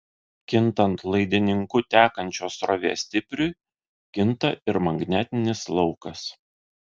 kintant laidininku tekančios srovės stipriui kinta ir magnetinis laukas